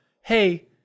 hey